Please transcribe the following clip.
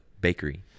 bakery